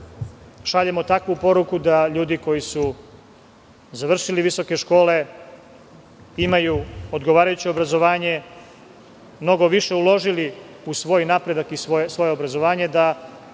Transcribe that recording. šaljemo takvu poruku da ljudi koji su završili visoke škole, koji imaju odgovarajuće obrazovanje, koji su mnogo više uložili u svoj napredak i svoje obrazovanje da